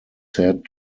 said